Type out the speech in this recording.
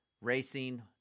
racing